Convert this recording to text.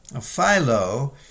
Philo